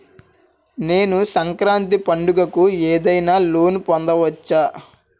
నేను సంక్రాంతి పండగ కు ఏదైనా లోన్ పొందవచ్చా?